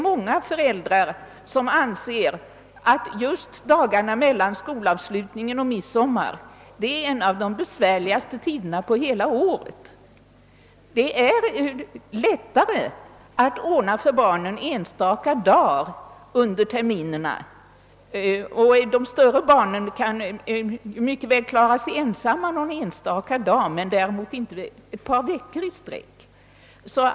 Många föräldrar anser att just dagarna mellan skolavslutningen och midsommar är en av de besvärligaste tiderna på hela året. Det är lättare att ordna för de mindre barnen enstaka dagar under terminerna, och de större barnen kan mycket väl klara sig ensamma någon enstaka dag men däremot inte ett par veckor i sträck.